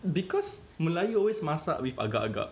because melayu always masak with agak agak